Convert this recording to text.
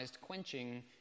quenching